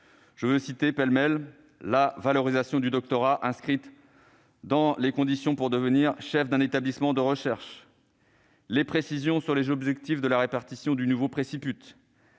Je veux citer, pêle-mêle : la valorisation du doctorat inscrite dans les conditions pour devenir chef d'un établissement de recherche ; les précisions sur les objectifs de la répartition du nouveau préciput